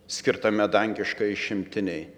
skirtame dangiškajai šimtinei